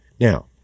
Now